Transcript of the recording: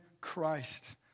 Christ